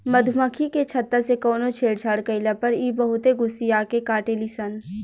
मधुमखी के छत्ता से कवनो छेड़छाड़ कईला पर इ बहुते गुस्सिया के काटेली सन